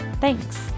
Thanks